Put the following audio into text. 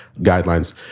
guidelines